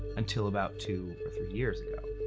until about two or three years ago.